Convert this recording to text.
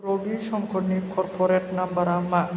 रभि शंकरनि करपरेट नाम्बारा मा